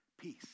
peace